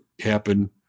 happen